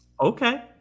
Okay